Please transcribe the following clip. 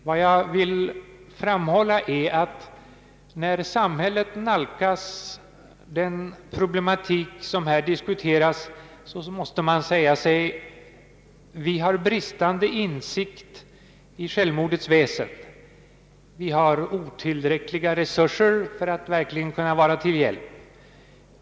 Vad jag vill framhålla är att när samhället nalkas denna problematik, måste man säga sig: Vi har bristande insikt i självmordets väsen. Vi har otillräckliga resurser för att verkligen kunna vara till hjälp.